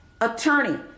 attorney